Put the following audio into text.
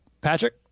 Patrick